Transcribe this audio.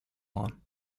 lawn